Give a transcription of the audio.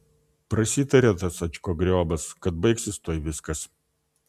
prasitarė tas ačkogriobas kad baigsis tuoj viskas